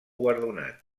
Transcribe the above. guardonat